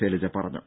ശൈലജ പറഞ്ഞു